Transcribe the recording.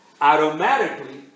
automatically